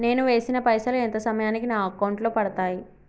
నేను వేసిన పైసలు ఎంత సమయానికి నా అకౌంట్ లో పడతాయి?